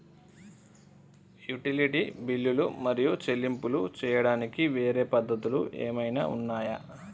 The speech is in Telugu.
యుటిలిటీ బిల్లులు మరియు చెల్లింపులు చేయడానికి వేరే పద్ధతులు ఏమైనా ఉన్నాయా?